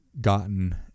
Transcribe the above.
gotten